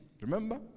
Remember